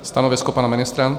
Stanovisko pana ministra?